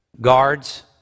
guards